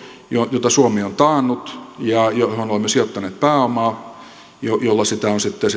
jota suomi on taannut ja johon olemme sijoittaneet pääomaa jolla sitä lainaa on sitten